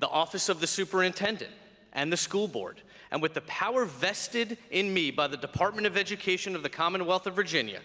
the office of the superintendent and the school board and with the power vested in me by the department of education of the commonwealth of virginia,